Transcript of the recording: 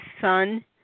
son